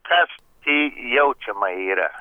kas tai jaučiama yra